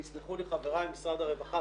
ויסלחו לי חבריי ממשרד הרווחה,